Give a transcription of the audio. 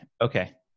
Okay